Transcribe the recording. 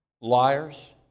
liars